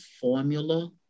formula